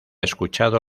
escuchado